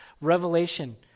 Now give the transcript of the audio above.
Revelation